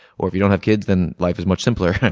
or if you don't have kids, then life is much simpler. and